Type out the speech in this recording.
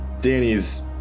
Danny's